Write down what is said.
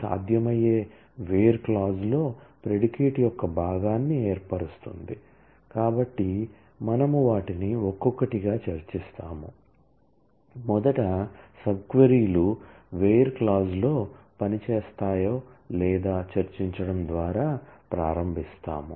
select from where లో పనిచేస్తాయో చర్చించడం ద్వారా ప్రారంభిస్తాము